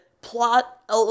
plot